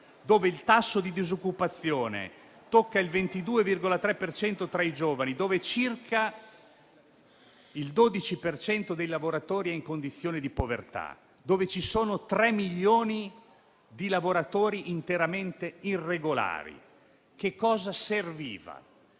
dove il tasso di disoccupazione tocca il 22,3 per cento tra i giovani; dove circa il 12 per cento dei lavoratori è in condizioni di povertà; dove ci sono 3 milioni di lavoratori interamente irregolari, serviva